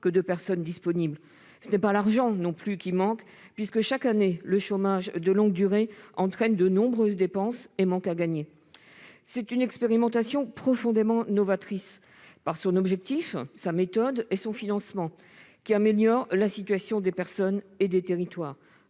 que de personnes disponibles pour les accomplir. Ce n'est pas l'argent non plus qui manque, puisque, chaque année, le chômage de longue durée entraîne de nombreuses dépenses et manques à gagner. C'est une expérimentation profondément novatrice par son objectif, sa méthode et son financement. Elle améliore la situation des personnes et des territoires,